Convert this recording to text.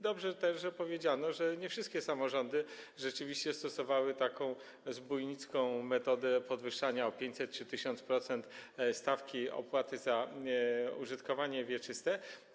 Dobrze też, że powiedziano, że nie wszystkie samorządy rzeczywiście stosowały taką zbójnicką metodę podwyższania o 500% czy 1000% stawki opłaty za użytkowanie wieczyste.